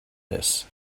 this